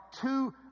two